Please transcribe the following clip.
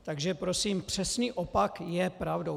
Takže prosím, přesný opak je pravdou!